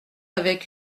avec